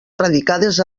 radicades